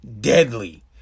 deadly